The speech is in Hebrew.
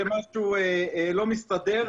כשמשהו לא מסדר,